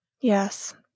Yes